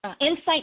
Insight